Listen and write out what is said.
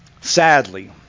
Sadly